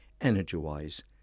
energy-wise